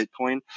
Bitcoin